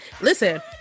Listen